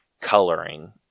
coloring